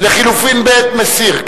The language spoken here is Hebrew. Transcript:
לחלופין ב', מסיר.